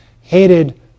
Hated